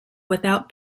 without